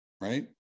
Right